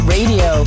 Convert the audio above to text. Radio